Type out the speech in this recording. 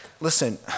listen